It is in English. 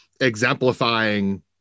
exemplifying